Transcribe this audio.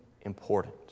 important